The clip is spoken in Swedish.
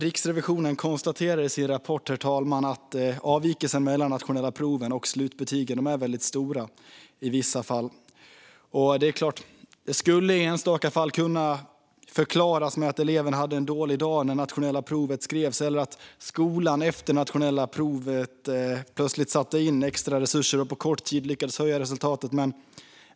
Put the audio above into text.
Riksrevisionen konstaterar i sin rapport att avvikelsen mellan nationella proven och slutbetygen i vissa fall är stora. Det skulle i enstaka fall kunna förklaras med att eleven hade en dålig dag när ett nationellt prov skrevs eller att skolan efter nationella proven satte in extra resurser så att eleven på kort tid lyckades höja resultatet.